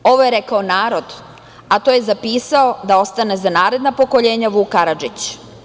Ovo je rekao narod, a to je zapisao da ostane za narodna pokoljenja Vuk Karadžić.